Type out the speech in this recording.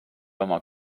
oma